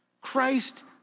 Christ